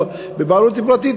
בבעלות פרטית,